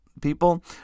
people